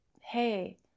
hey